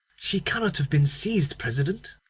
she cannot have been seized, president?